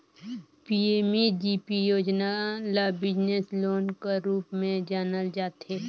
PMEGP योजना ल business loan कर रूप में जानल जाथे